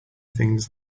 things